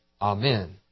Amen